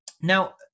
Now